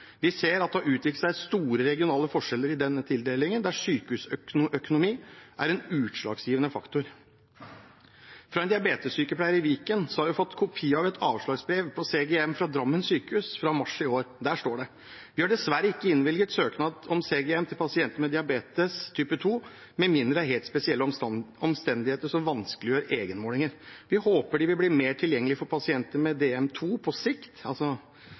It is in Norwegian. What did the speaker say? Vi ser at det har utviklet seg store regionale forskjeller i den tildelingen, der sykehusøkonomi er en utslagsgivende faktor. Fra en diabetessykepleier i Viken har jeg fått kopi av et avslagsbrev på CGM fra Drammen sykehus i mars i år. Der står det: Vi har dessverre ikke innvilget søknad om CGM til pasienter med diabetes type 2, med mindre det er helt spesielle omstendigheter som vanskeliggjør egenmåling. Vi håper det vil bli mer tilgjengelig for pasienter med DM 2 på sikt.